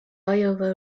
iowa